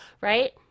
right